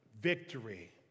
victory